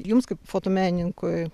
jums kaip fotomenininkui